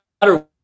matter